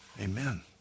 Amen